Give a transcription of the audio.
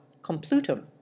Complutum